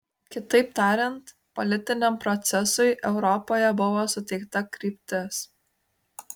kitaip tariant politiniam procesui europoje buvo suteikta kryptis